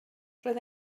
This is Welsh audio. roedd